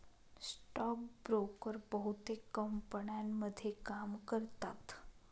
stock broker बहुतेक कंपन्यांमध्ये काम करतात